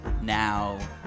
now